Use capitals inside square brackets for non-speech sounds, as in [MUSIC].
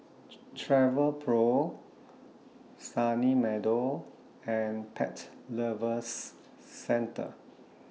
[UNINTELLIGIBLE] Travelpro Sunny Meadow and Pet Lovers Centre